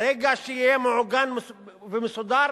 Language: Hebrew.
ברגע שיהיה מאורגן ומסודר,